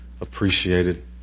appreciated